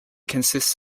consists